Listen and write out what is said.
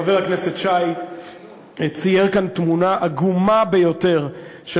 חבר הכנסת שי צייר כאן תמונה עגומה ביותר של